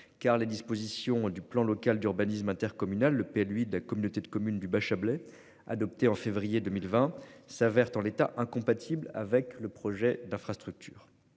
car les dispositions du plan local d'urbanisme intercommunal le lui de la communauté de communes du bas Chablais adoptée en février 2020. Ça verte en l'état incompatible avec le projet d'infrastructure.